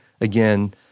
again